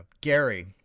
Gary